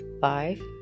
five